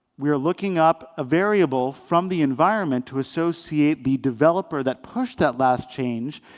we are looking up a variable from the environment to associate the developer that pushed that last change,